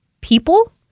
people